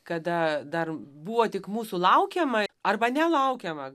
kada dar buvo tik mūsų laukiama arba nelaukiama